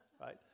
right